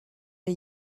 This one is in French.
les